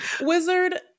Wizard